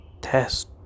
test